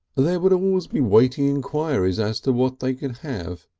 there would always be weighty enquiries as to what they could have,